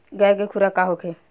गाय के खुराक का होखे?